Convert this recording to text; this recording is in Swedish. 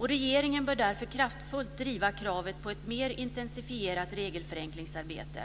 Regeringen bör därför kraftfullt driva kravet på ett mer intensifierat regelförenklingsarbete.